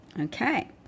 Okay